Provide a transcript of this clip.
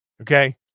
okay